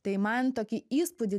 tai man tokį įspūdį